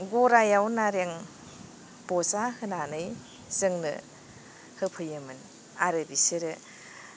गरायाव नारें बजा होनानै जोंनो होफैयोमोन आरो बिसोरो